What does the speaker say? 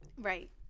Right